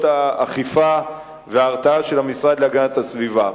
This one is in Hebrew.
האכיפה וההרתעה של המשרד להגנת הסביבה.